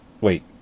Wait